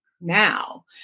now